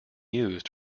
used